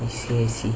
I see I see